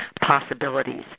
possibilities